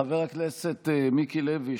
חבר הכנסת מיקי לוי,